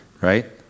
Right